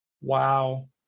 Wow